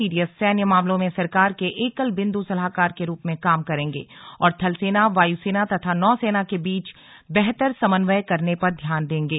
CDS सैन्य मामलों में सरकार के एकल बिंद् सलाहकार के रूप में काम करेंगे और थलसेना वायुसेना तथा नौसेना के बीच बेहतर समन्वय करने पर ध्यान देंगे